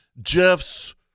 Jeff's